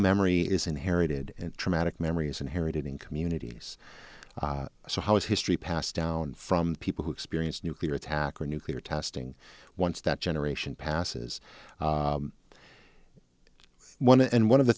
memory is inherited and traumatic memory is inherited in communities so how is history passed down from people who experience nuclear attack or nuclear testing once that generation passes one and one of the